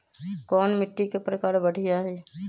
कोन मिट्टी के प्रकार बढ़िया हई?